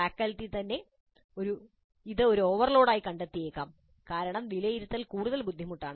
faculty തന്നെ ഇത് ഒരു ഓവർലോഡായി കണ്ടെത്തിയേക്കാം കാരണം വിലയിരുത്തൽ കൂടുതൽ ബുദ്ധിമുട്ടാണ്